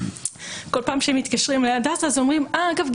כל פעם שמתקשרים להדסה אומרים: אגב,